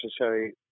necessary